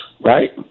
right